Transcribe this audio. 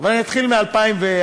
אני אתחיל מ-2014.